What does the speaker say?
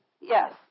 Yes